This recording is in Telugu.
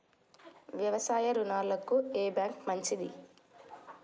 వ్యవసాయ రుణాలకు ఏ బ్యాంక్ మంచిది?